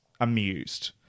amused